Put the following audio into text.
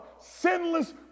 sinless